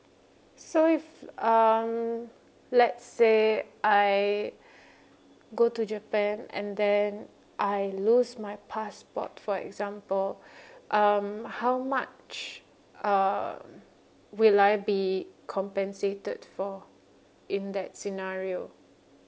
so if um let's say I go to japan and then I lose my passport for example um how much uh will I be compensated for in that scenario